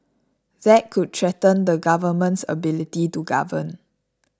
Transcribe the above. that could threaten the government's ability to govern